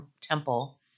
Temple